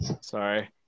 Sorry